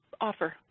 offer